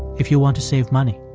if you want to save money?